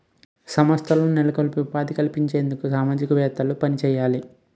సంస్థలను నెలకొల్పి ఉపాధి కల్పించేందుకు సామాజికవేత్తలు పనిచేయాలి